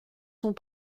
sont